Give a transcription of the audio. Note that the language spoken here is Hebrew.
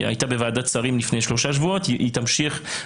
היא הייתה בוועדת שרים לפני שלושה שבועות ואני מקווה